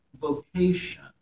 vocation